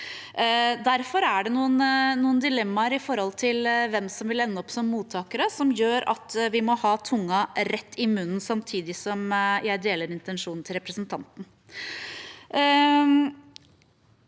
Derfor er det noen dilemmaer med tanke på hvem som vil ende opp som mottakere, som gjør at vi må ha tungen rett i munnen. Samtidig deler jeg intensjonen til representanten.